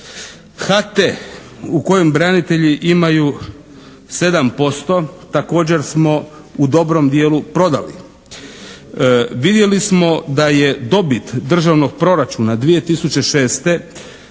HT u kojem branitelji imaju 7% također smo u dobrom dijelu prodali. Vidjeli smo da je dobit državnog proračuna 2006. veća